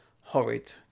horrid